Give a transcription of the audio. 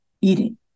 eating